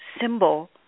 symbol